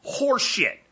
horseshit